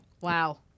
Wow